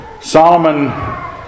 Solomon